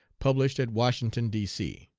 published at washington, d. c.